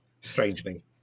strangely